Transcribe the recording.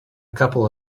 couple